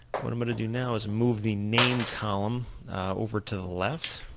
what i'm gonna do now is move the name column over to the left.